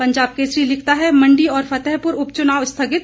पंजाब केसरी लिखता है मंडी और फतेहपुर उपचुनाव स्थगित